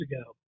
ago